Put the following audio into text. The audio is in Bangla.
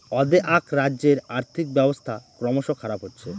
অ্দেআক রাজ্যের আর্থিক ব্যবস্থা ক্রমস খারাপ হচ্ছে